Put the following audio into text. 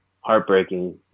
heartbreaking